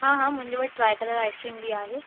हा हा मुंहिंजे वटि ट्राए कलर आइसक्रीम बि आहे